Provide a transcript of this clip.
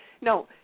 No